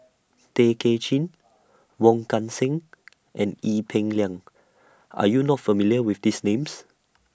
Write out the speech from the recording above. Tay Kay Chin Wong Kan Seng and Ee Peng Liang Are YOU not familiar with These Names